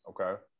Okay